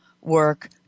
work